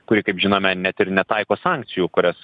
kuri kaip žinome net ir netaiko sankcijų kurias